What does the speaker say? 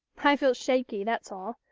i feel shaky, that's all,